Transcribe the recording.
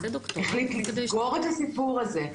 החליט לסגור את הסיפור הזה,